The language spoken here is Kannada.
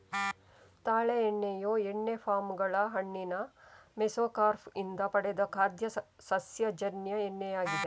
ತಾಳೆ ಎಣ್ಣೆಯು ಎಣ್ಣೆ ಪಾಮ್ ಗಳ ಹಣ್ಣಿನ ಮೆಸೊಕಾರ್ಪ್ ಇಂದ ಪಡೆದ ಖಾದ್ಯ ಸಸ್ಯಜನ್ಯ ಎಣ್ಣೆಯಾಗಿದೆ